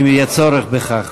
אם יהיה צורך בכך.